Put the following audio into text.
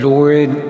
Lord